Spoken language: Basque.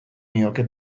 nioke